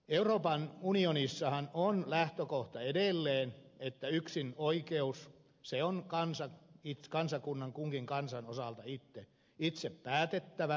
euroopan unionissahan on lähtökohta edelleen että yksinoikeus on kansakunnan kunkin kansan osalta itse päätettävä